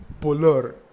puller